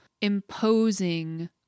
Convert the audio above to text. imposing